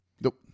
Nope